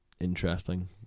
interesting